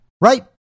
right